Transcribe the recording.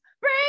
break